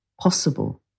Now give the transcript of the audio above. possible